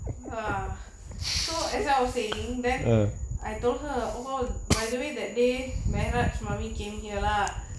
ah so as I was saying than I told her all by the way that day meharaj mommy came here lah